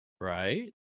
right